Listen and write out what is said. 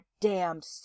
damned